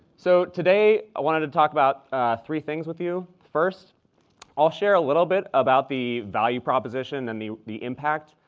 so today i wanted to talk about three things with you. first i'll share a little bit about the value proposition and the the impact.